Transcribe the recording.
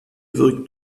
wirkt